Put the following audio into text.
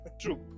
True